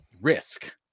risk